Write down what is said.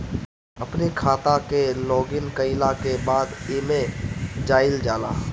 अपनी खाता के लॉगइन कईला के बाद एमे जाइल जाला